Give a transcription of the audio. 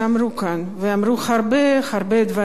ואמרו הרבה הרבה דברים נכונים.